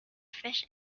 fish